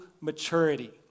maturity